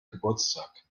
geburtstag